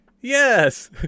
Yes